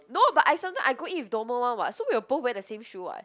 no but I sometime I go eat with Domo [one] [what] so we will both wear the same shoe [what]